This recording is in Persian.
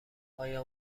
آیا